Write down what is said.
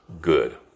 good